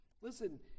Listen